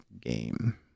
game